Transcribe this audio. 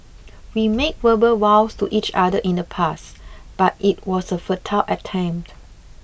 we made verbal vows to each other in the past but it was a futile attempt